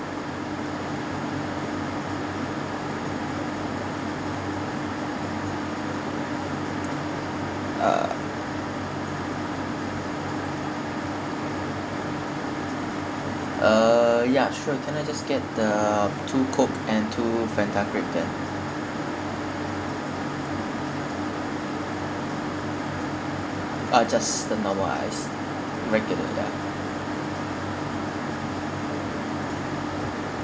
uh uh ya sure can I just get the two coke and two Fanta grape then ah just the normal ice regular ya